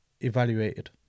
evaluated